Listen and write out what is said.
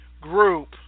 Group